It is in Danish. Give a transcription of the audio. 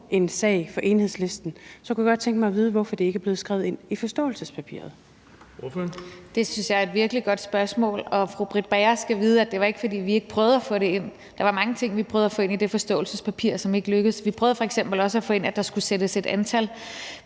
en sag for Enhedslisten, så kunne jeg godt tænke mig vide, hvorfor det ikke er blevet skrevet ind i forståelsespapiret. Kl. 11:15 Den fg. formand (Erling Bonnesen): Ordføreren. Kl. 11:15 Rosa Lund (EL): Det synes jeg er et virkelig godt spørgsmål, og fru Britt Bager skal vide, at det ikke var, fordi vi ikke prøvede at få det ind – der var mange ting, vi prøvede at få ind i det forståelsespapir, som ikke lykkedes. Vi prøvede f.eks. også at få ind, at der skulle sættes et antal